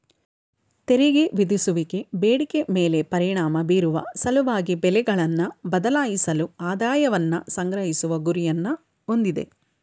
ತೆರಿಗೆ ವಿಧಿಸುವಿಕೆ ಬೇಡಿಕೆ ಮೇಲೆ ಪರಿಣಾಮ ಬೀರುವ ಸಲುವಾಗಿ ಬೆಲೆಗಳನ್ನ ಬದಲಾಯಿಸಲು ಆದಾಯವನ್ನ ಸಂಗ್ರಹಿಸುವ ಗುರಿಯನ್ನ ಹೊಂದಿದೆ